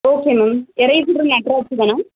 okay ma'am எரேஸரும் நட்ராஜு தானா